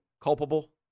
culpable